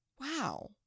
wow